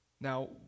Now